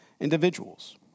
individuals